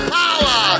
power